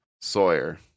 Sawyer